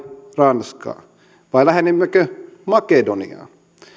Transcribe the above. ranskaa vai lähennymmekö makedoniaa